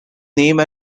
name